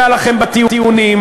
זה פוגע לכם בטיעונים,